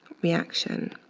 reaction.